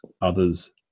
others